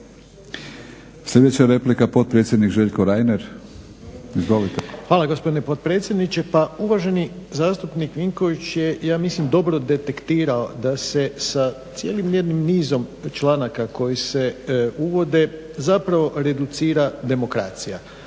Sljedeća replika, potpredsjednik Željko Reiner. Izvolite. **Reiner, Željko (HDZ)** Hvala gospodine potpredsjedniče. Pa uvaženi zastupnik Vinković je ja mislim dobro detektirao da se sa cijelim jednim nizom članaka koji se uvode zapravo reducira demokracija